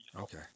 Okay